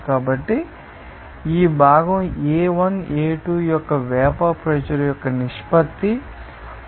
కాబట్టి ఈ భాగం A1 A2 యొక్క వేపర్ ప్రెషర్ యొక్క నిష్పత్తి 2